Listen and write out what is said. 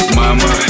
mama